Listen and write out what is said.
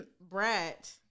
Brat